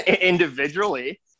individually